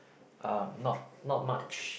uh not not much